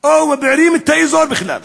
או מבעירים את האזור בכלל.